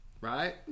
Right